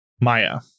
Maya